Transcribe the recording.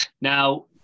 Now